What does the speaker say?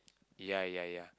ya ya ya